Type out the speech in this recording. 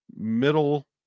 middle